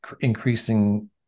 increasing